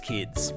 Kids